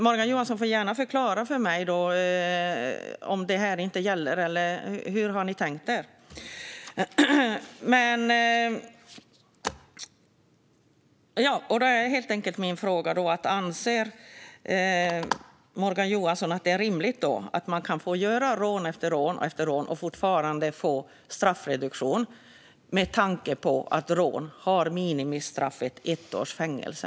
Morgan Johansson får gärna förklara för mig om det här inte gäller. Hur har man tänkt där? Min fråga är helt enkelt: Anser Morgan Johansson att det är rimligt att man kan begå rån efter rån och fortfarande få straffreduktion, med tanke på att minimistraffet för rån är ett års fängelse?